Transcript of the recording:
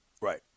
Right